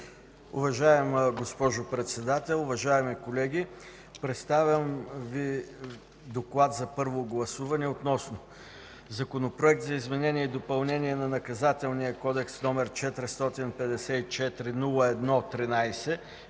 Уважаема госпожо Председател, уважаеми колеги! Представям Ви: „ДОКЛАД” за първо гласуване относно Законопроект за изменение и допълнение на Наказателния кодекс, № 454-01-13,